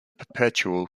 perpetual